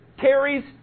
carries